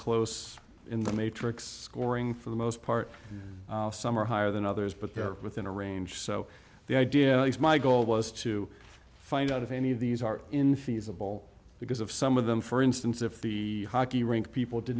close in the matrix scoring for the most part some are higher than others but they're within a range so the idea is my goal was to find out if any of these are infeasible because of some of them for instance if the hockey rink people did